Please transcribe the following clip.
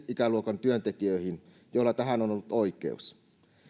ikäluokan työntekijöihin joilla tähän on on ollut oikeus